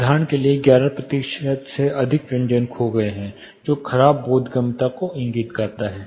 उदाहरण के लिए यदि 11 प्रतिशत से अधिक व्यंजन खो गए हैं जो खराब बोधगम्यता को इंगित करता है